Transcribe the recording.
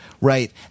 right